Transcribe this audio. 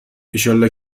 ایشالله